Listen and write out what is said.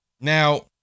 Now